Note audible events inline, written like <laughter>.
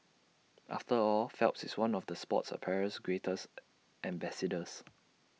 after all Phelps is one of the sports apparels greatest <noise> ambassadors